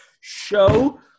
Show